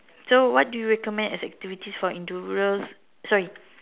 so what do you recommend as activities for individuals sorry